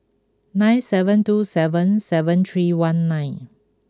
nine seven two seven seven three one nine